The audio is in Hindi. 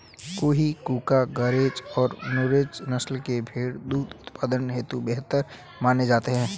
लूही, कूका, गरेज और नुरेज नस्ल के भेंड़ दुग्ध उत्पादन हेतु बेहतर माने जाते हैं